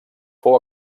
fou